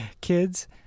kids